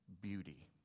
beauty